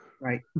Right